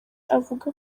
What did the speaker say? avuga